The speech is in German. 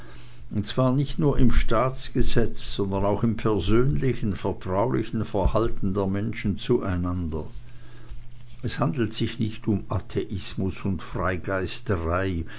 und zwar nicht nur im staatsgesetz sondern auch im persönlichen vertraulichen verhalten der menschen zueinander es handelt sich nicht um atheismus und freigeisterei